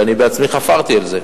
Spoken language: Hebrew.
ואני בעצמי חפרתי על זה,